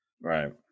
Right